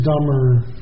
dumber